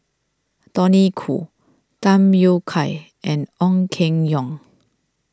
Tony Khoo Tham Yui Kai and Ong Keng Yong